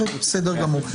בסדר גמור.